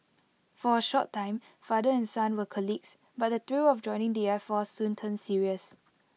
for A short time father and son were colleagues but the thrill of joining the air force soon turned serious